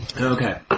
Okay